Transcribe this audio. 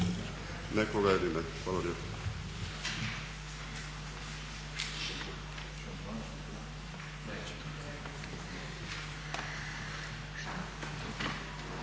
Hvala vam